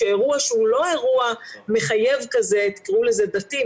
שאירוע שהוא לא אירוע מחייב כזה תקראו לזה דתי,